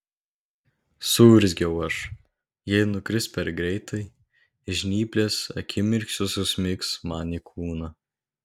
suurzgiau aš jei nukris per greitai žnyplės akimirksniu susmigs man į kūną